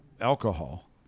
alcohol